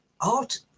art